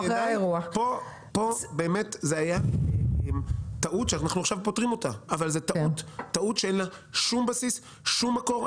זאת הייתה טעות שאין לה שום בסיס ואין לה שום מקור.